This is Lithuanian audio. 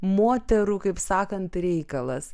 moterų kaip sakant reikalas